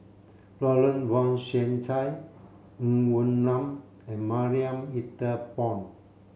Lawrence Wong Shyun Tsai Ng Woon Lam and Marie Ethel Bong